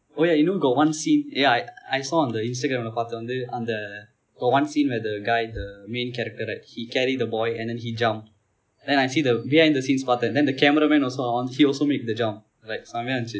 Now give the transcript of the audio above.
oh yeah you know got one scene ya I I saw on the instagram பார்த்தேன் வந்து அந்த:paarthen vanthu antha for one scene where the guy the main character right he carry the boy and then he jump then I see the behind the scenes பார்த்தேன்:paarthen then the cameraman also அவன் வந்து:avan vanthu he also made the jump like செம்மையா இருந்தது:semmaiyaa irunthathu